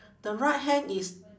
the right hand is